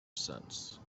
sense